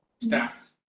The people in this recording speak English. staff